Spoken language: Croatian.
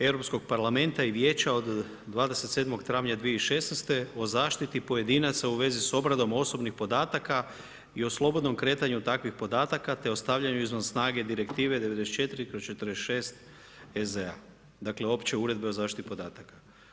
Europskog parlamenta i vijeća od 27. travnja 2016. o zaštiti pojedinaca u vezi s obradom osobnih podataka i o slobodnom kretanju takvih podataka te o stavljanju izvan snage direktive 94/46 EZ-a, dakle opće uredbe o zaštiti podataka.